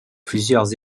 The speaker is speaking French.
plusieurs